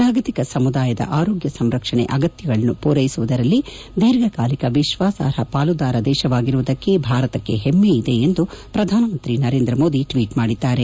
ಜಾಗತಿಕ ಸಮುದಾಯದ ಆರೋಗ್ಯ ಸಂರಕ್ಷಣೆ ಅಗತ್ತಗಳನ್ನು ಪೂರೈಸುವುದರಲ್ಲಿ ದೀರ್ಘಕಾಲಿಕ ವಿಶ್ವಾಸಾರ್ಹ ಪಾಲುದಾರ ದೇಶವಾಗಿರುವುದಕ್ಕೆ ಭಾರತಕ್ಕೆ ಹೆಮ್ನೆ ಇದೆ ಎಂದು ಪ್ರಧಾನಮಂತ್ರಿ ನರೇಂದ್ರ ಮೋದಿ ಟ್ವೀಟ್ ಮಾಡಿದ್ದಾರೆ